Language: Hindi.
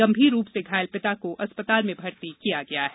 गंभीर रूप से घायल पिता को अस्पताल में भर्ती किया गया है